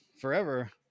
forever